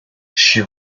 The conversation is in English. she